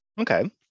okay